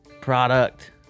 product